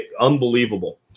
unbelievable